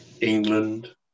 England